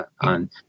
on